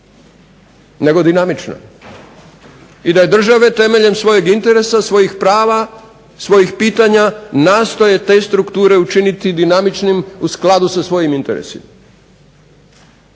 nego dinamična i da države temeljem svojeg interesa, svojih prava, svojih pitanja nastoje te strukture učiniti dinamičnim u skladu sa svojim interesima.